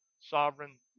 sovereign